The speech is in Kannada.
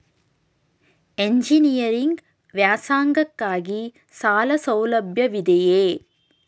ಎಂಜಿನಿಯರಿಂಗ್ ವ್ಯಾಸಂಗಕ್ಕಾಗಿ ಸಾಲ ಸೌಲಭ್ಯವಿದೆಯೇ?